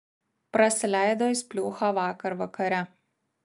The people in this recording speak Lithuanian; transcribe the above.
prasileido jis pliūchą vakar vakare